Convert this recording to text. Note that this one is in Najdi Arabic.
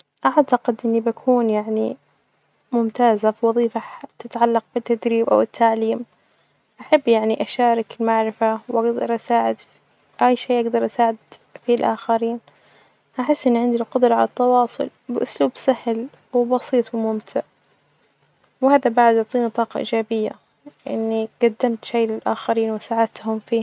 أعتقد إني بكون يعني ممتازة في وظيفة تتعلق بالتدريب أو التعليم، أحب يعني أشارك المعرفة أجدر أساعد في الآخرين أحس إني عندي قدرة علي التواصل بإسلوب سهل وبسيط وممتع وهذا بعد يعطيني طاقة إيجابية إني جدمت شئ للأخرين وساعدتهم فية.